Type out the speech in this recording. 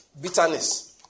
Bitterness